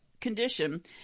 condition